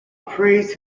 praised